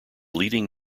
leading